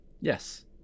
Yes